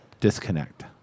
disconnect